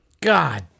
God